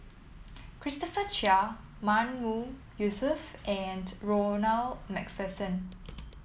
Christopher Chia Mahmood Yusof and Ronald MacPherson